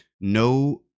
no